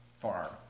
Farm